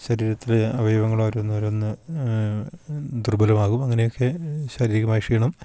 ശരീരത്തിലേ അവയവങ്ങൾ ഓരോന്നോരോന്ന് ദുർബ്ബലവാകും അങ്ങനെയൊക്കെ ശാരീരികമായ ക്ഷീണം